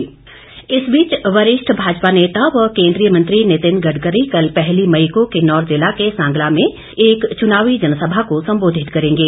गडकरी वरिष्ठ भाजपा नेता व केंद्रीय नितिन गडकरी कल पहली मई को किन्नौर जिला के सांगला में एक चुनावी जनसभा को संबोधित करेंगे